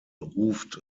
ruft